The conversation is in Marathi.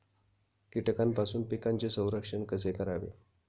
कीटकांपासून पिकांचे संरक्षण कसे करावे?